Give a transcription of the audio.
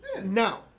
Now